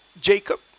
Jacob